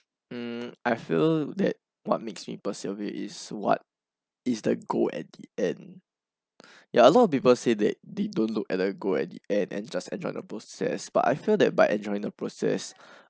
um I feel that what makes me persevere is what is the goal at the end ya a lot of people say that they don't look at the goal at the end and just enjoy the process but I feel that by enjoying the process